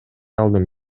алдым